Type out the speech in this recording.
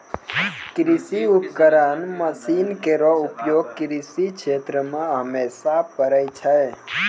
कृषि उपकरण मसीन केरो उपयोग कृषि क्षेत्र मे हमेशा परै छै